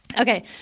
Okay